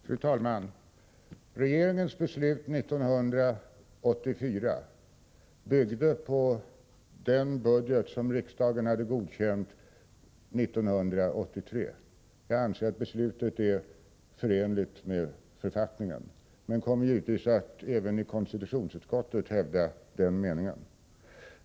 Fru talman! Regeringens beslut 1984 byggde på den budget som riksdagen hade godkänt 1983. Jag anser att beslutet är förenligt med författningen. Jag kommer givetvis att även i konstitutionsutskottet hävda den meningen.